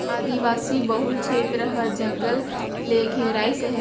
आदिवासी बहुल छेत्र हर जंगल ले घेराइस अहे